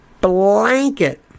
blanket